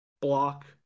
block